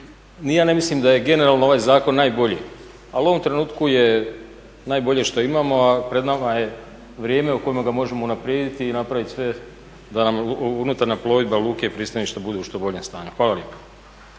ja ne mislim da je generalno ovaj zakon najbolji, ali u ovom trenutku je najbolje što imamo, a pred nama je vrijeme u kojemu ga možemo unaprijediti i napravit sve da nam unutarnja plovidba luke i pristaništa bude u što boljem stanju. Hvala lijepo.